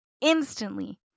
instantly